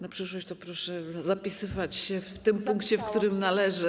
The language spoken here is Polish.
Na przyszłość proszę zapisywać się w tym punkcie, w którym należy.